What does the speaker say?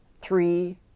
three